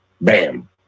Bam